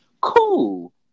cool